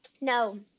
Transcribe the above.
No